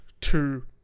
two